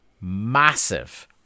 massive